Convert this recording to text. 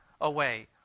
away